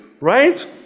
right